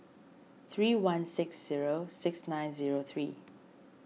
three one six zero six nine zero three